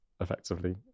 effectively